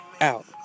out